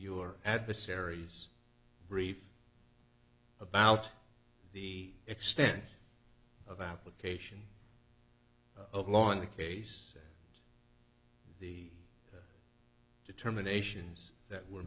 your adversary's brief about the extent of application of law in the case the determinations that were